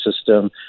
system